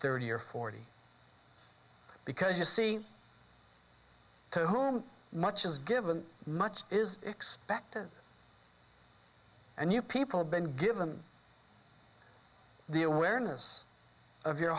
thirty or forty because you see to whom much is given much is expected and you people been given the awareness of your